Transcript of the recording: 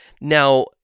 now